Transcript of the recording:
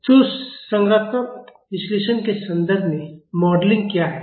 तो संरचनात्मक विश्लेषण के संदर्भ में मॉडलिंग क्या है